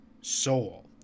soul